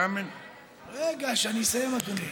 גם, רגע, כשאני אסיים, אדוני.